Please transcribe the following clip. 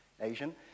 Asian